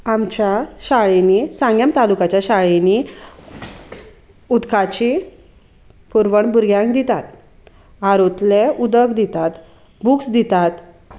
आमच्या शाळेंनी सांगें तालुकाच्या शाळेंनी उदकाची पुरवण भुरग्यांक दितात आरोतलें उदक दितात बुक्स दितात